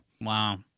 Wow